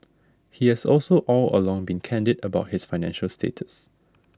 he has also all along been candid about his financial status